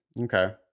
okay